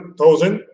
thousand